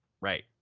right